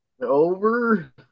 Over